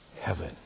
heaven